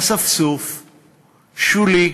אספסוף שולי,